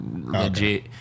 legit